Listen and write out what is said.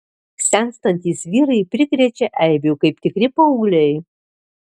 senstantys vyrai prikrečia eibių kaip tikri paaugliai